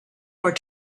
for